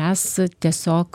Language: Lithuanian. mes tiesiog